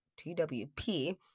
TWP